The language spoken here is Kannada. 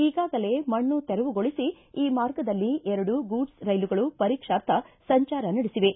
ಈಗಾಗಲೇ ಮಣ್ಣು ತೆರವುಗೊಳಿಸಿ ಈ ಮಾರ್ಗದಲ್ಲಿ ಎರಡು ಗೂಡ್ಲ್ ರೈಲುಗಳು ಪರೀಕ್ಷಾರ್ಥ ಸಂಚಾರ ನಡೆಸಿವೆ